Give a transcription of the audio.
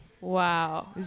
wow